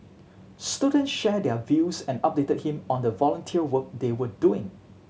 students shared their views and updated him on the volunteer work they were doing